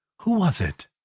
who was it?